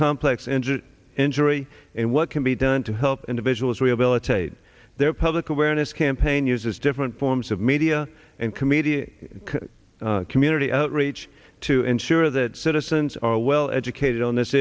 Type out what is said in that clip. injury injury and what can be done to help individuals rehabilitate their public awareness campaign uses different forms of media and comedian community outreach to ensure that citizens are well educated on this